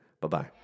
Bye-bye